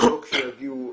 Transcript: שלא כשיגיעו,